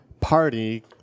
party